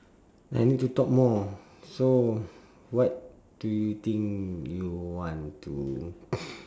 I need to talk more so what do you think you want to